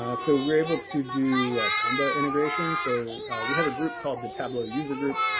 ah so we're able to do trumba integration. so we have a group called the tableau user group.